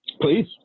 Please